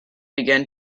began